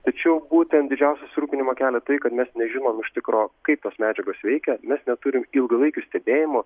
tačiau būtent didžiausią susirūpinimą kelia tai kad mes nežinom iš tikro kaip tos medžiagos veikia mes neturim ilgalaikių stebėjimų